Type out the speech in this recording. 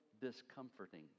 discomforting